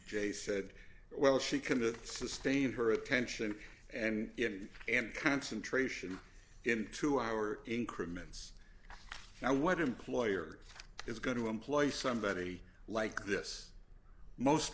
jay said well she can to sustain her attention and and concentration into our increment so now what employer is going to employ somebody like this most